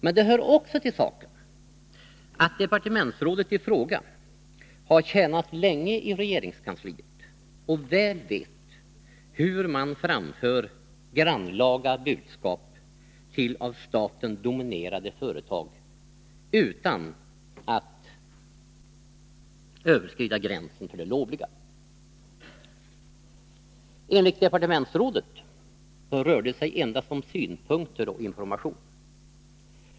Men det hör också till saken att departementsrådet i fråga har tjänat länge i regeringskansliet och väl vet hur man framför grannlaga budskap till av staten dominerade företag, utan att överskrida gränsen för det lovliga. Enligt departementsrådet rörde det sig endast om synpunkter och information.